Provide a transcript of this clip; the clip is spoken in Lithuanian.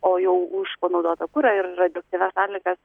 o jau už panaudotą kurą ir radioaktyvias atliekas